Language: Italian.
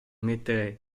mettere